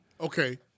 Okay